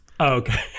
Okay